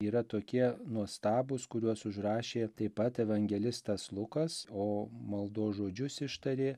yra tokie nuostabūs kuriuos užrašė taip pat evangelistas lukas o maldos žodžius ištarė